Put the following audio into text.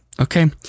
Okay